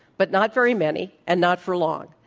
but not very many and not for long,